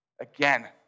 Again